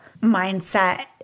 mindset